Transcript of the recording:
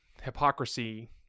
hypocrisy